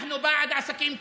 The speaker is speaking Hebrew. אנחנו בעד עסקים קטנים,